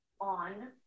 on